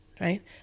right